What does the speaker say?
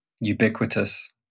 ubiquitous